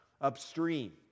upstream